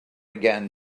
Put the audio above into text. again